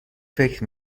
فکر